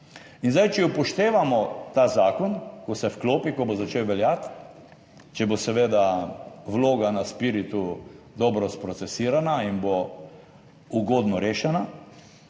In zdaj, če upoštevamo ta zakon, ko bo začel veljati, če bo seveda vloga na SPIRIT dobro sprocesirana in bo ugodno rešena